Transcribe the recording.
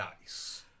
Nice